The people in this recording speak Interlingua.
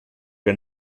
que